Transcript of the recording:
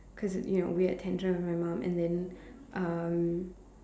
cause you know we had tension with my mom and then um